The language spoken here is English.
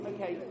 Okay